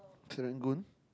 Serangoon